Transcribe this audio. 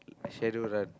shadow run